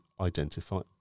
identify